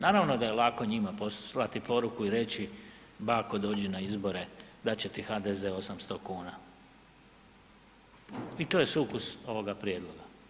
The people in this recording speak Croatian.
Naravno da je lako njima poslati poruku i reći bako dođi na izbore dat će ti HDZ 800,00 kn i to je sukus ovoga prijedloga.